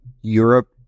Europe